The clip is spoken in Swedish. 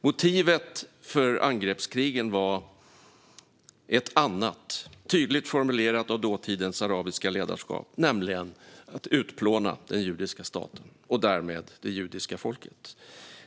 Motivet för angreppskrigen var ett annat, tydligt formulerat av dåtidens arabiska ledarskap: att utplåna den judiska staten och därmed det judiska folket.